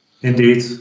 indeed